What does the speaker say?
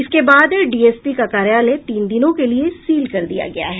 इसके बाद डीएसपी का कार्यालय तीन दिनों के लिए सील कर दिया गया है